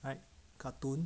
right cartoon